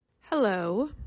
Hello